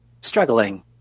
struggling